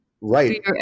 Right